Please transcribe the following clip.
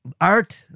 art